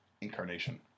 incarnation